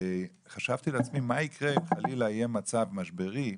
וחשבתי לעצמי, מה יקרה אם חלילה יהיה מצב משברי,